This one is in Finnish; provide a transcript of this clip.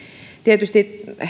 tietysti